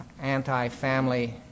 anti-family